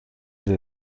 way